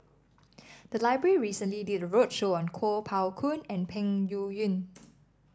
the library recently did roadshow on Kuo Pao Kun and Peng Yuyun